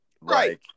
Right